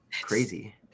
crazy